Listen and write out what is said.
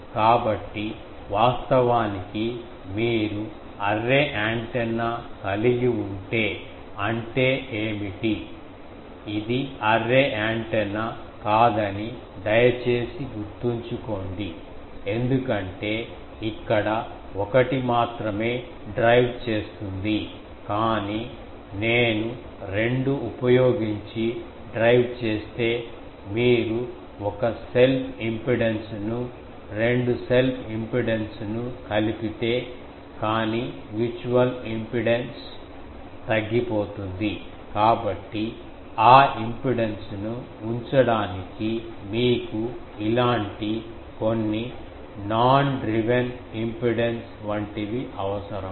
కాబట్టి వాస్తవానికి మీరు అర్రే యాంటెన్నా కలిగి ఉంటే అంటే ఏమిటి ఇది అర్రే యాంటెన్నా కాదని దయచేసి గుర్తుంచుకోండి ఎందుకంటే ఇక్కడ ఒకటి మాత్రమే డ్రైవ్ చేస్తుంది కానీ నేను రెండు ఉపయోగించి డ్రైవ్ చేస్తే మీరు ఒక సెల్ప్ ఇంపిడెన్స్ ను రెండు సెల్ప్ ఇంపిడెన్స్ ను కలిపితే కానీ మ్యూచువల్ ఇంపిడెన్స్ తగ్గిపోతుంది కాబట్టి ఆ ఇంపిడెన్స్ను ఉంచడానికి మీకు ఇలాంటి కొన్ని నాన్ డ్రీవెన్ ఇంపిడెన్స్ వంటివి అవసరము